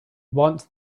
want